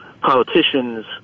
politicians